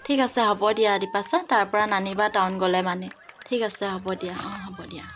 ঠিক আছে হ'ব দিয়া দ্ৱীপাশা তাৰ পৰা নানিবা টাউন গ'লে মানে ঠিক আছে হ'ব দিয়া অঁ হ'ব দিয়া